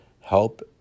Help